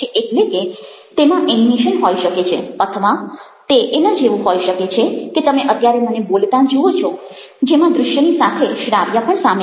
એટલે કે તેમાં એનિમેશન હોઈ શકે છે અથવા તે એના જેવું હોઈ શકે છે કે તમે અત્યારે મને બોલતાં જુઓ છો જેમાં દ્રશ્યની સાથે શ્રાવ્ય પણ સામેલ છે